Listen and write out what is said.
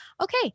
okay